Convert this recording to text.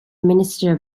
minister